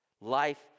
Life